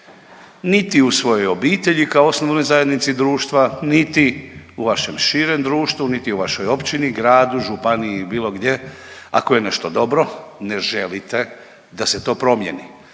niti u svojoj obitelji kao osnovnoj zajednici društva, niti u vašem širem društvu, niti u vašoj općini, gradu, županiji i bilo gdje ako je nešto dobro ne želite da se to promijeni.